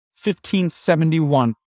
1571